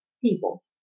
people